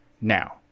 Now